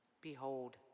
Behold